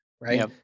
right